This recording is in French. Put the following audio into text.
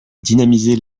dynamiser